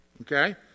Okay